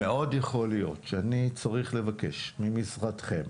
מאוד יכול להיות שאני צריך לבקש ממשרדכם